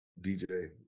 DJ